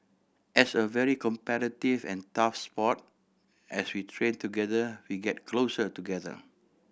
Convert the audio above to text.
as a very competitive and tough sport as we train together we get closer together